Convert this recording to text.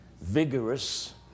vigorous